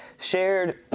shared